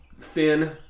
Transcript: thin